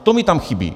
To mi tam chybí.